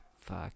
Fuck